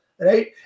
right